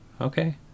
Okay